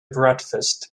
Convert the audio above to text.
breakfast